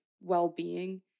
well-being